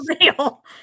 real